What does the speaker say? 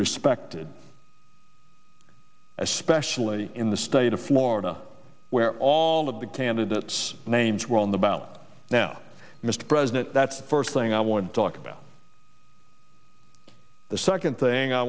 respected especially in the state of florida where all of the candidates names were on the ballot now mr president that's the first thing i want to talk about the second thing i